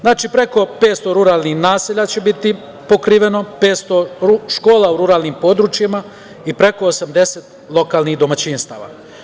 Znači, preko 500 ruralnih naselja će biti pokriveno, 500 škola u ruralnim područjima i preko 80 lokalnih domaćinstava.